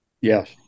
yes